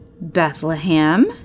Bethlehem